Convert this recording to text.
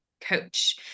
coach